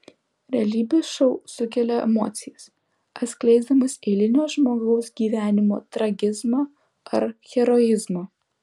realybės šou sukelia emocijas atskleisdamas eilinio žmogaus gyvenimo tragizmą ar heroizmą